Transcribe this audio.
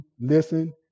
listen